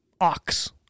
Ox